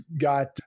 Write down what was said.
got